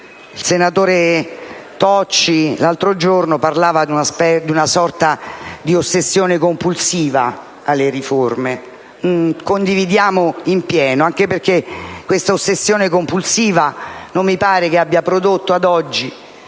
Il senatore Tocci l'altro giorno parlava di una sorta di ossessione compulsiva alle riforme. Condividiamo in pieno, anche perché non ci sembra che questa ossessione compulsiva abbia prodotto ad oggi